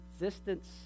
existence